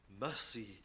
Mercy